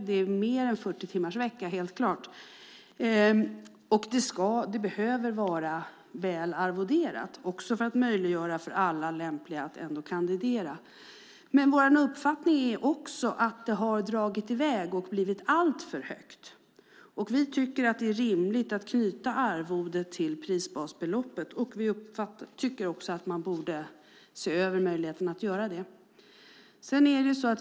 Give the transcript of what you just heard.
Det är helt klart mer än 40-timmarsvecka, och det bör vara väl arvoderat - också för att möjliggöra för alla lämpliga att kandidera. Vår uppfattning är dock också att det har dragit i väg och blivit alltför högt. Vi tycker att det är rimligt att knyta arvodet till prisbasbeloppet, och vi tycker att man borde se över möjligheten att göra det.